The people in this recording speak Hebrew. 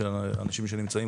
של האנשים שנמצאים